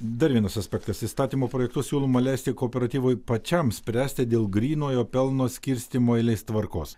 dar vienas aspektas įstatymo projektu siūloma leisti kooperatyvui pačiam spręsti dėl grynojo pelno skirstymo eilės tvarkos